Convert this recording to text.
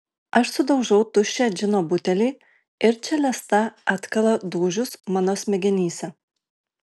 aš sudaužau tuščią džino butelį ir čelesta atkala dūžius mano smegenyse